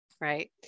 right